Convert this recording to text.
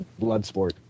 Bloodsport